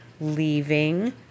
leaving